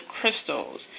crystals